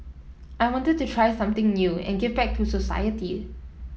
I wanted to try something new and give back to society